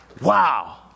Wow